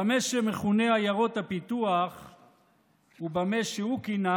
במה שמכונה עיירות הפיתוח ובמה שהוא כינה